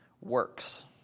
works